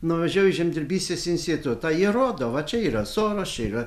nuvažiavau į žemdirbystės institutą jie rodo va čia yra soras čia yra